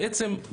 בעצם,